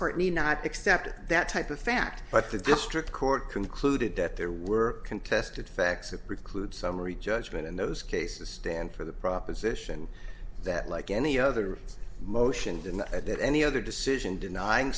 court me not except that type of fact but the district court concluded that there were contested facts that preclude summary judgment in those cases stand for the proposition that like any other motion in the at that any other decision denying